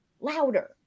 louder